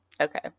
Okay